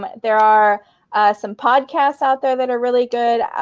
but there are some podcasts out there that are really good.